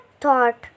thought